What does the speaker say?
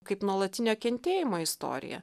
kaip nuolatinio kentėjimo istorija